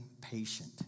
patient